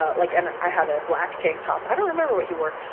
ah like and i had a black tank top. i don't remember what he wore.